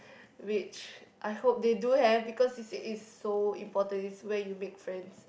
which I hope they do have because C_C_A is so important it's where you make friends